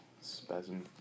spasm